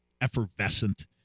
effervescent